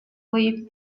leave